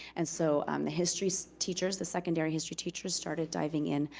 and so um the history so teachers, the secondary history teachers, started diving in,